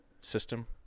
system